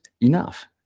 enough